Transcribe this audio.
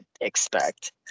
expect